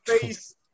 face